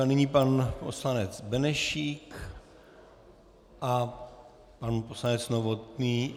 Nyní pan poslanec Benešík a pan poslanec Novotný.